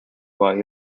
why